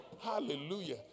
Hallelujah